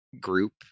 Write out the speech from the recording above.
group